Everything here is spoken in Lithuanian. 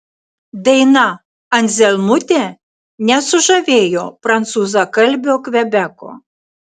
daina anzelmutė nesužavėjo prancūzakalbio kvebeko